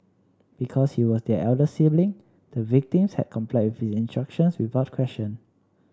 because he was their elder sibling the victims had complied with instructions without question